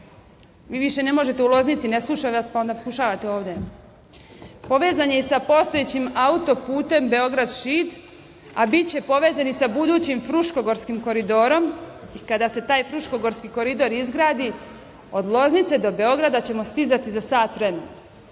vi više ne možete u Loznici, ne slušaju vas, pa pokušavate ovde, povezan je sa postojećim auto putem Beograd Šid, a biće povezan i sa budućim Fruškogorskim koridorom i kada se taj Fruškodorski koridor izgradi, od Loznice do Beograda ćemo stizati za sat vremena. Šta